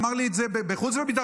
אמר לי את זה בחוץ וביטחון,